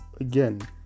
again